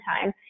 time